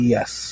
Yes